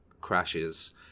crashes